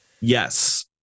Yes